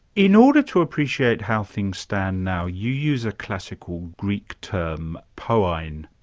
in order to appreciate how things stand now, you use a classical greek term poiein.